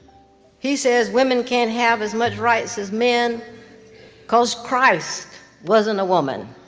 he says women can't have as much rights as men cause christ wasn't a woman.